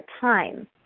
time